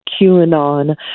QAnon